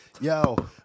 Yo